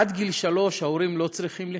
עד גיל שלוש ההורים לא צריכים לחיות?